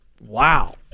wow